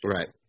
Right